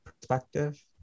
perspective